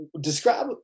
describe